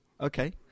Okay